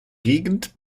gegend